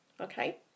okay